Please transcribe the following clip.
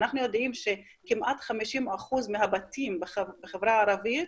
ואנחנו יודעים שכמעט 50% מהבתים בחברה הערבית